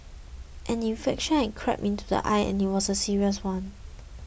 an infection had crept into the eye and it was a serious one